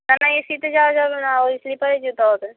না না এ সিতে যাওয়া যাবে না ওই স্লিপারেই যেতে হবে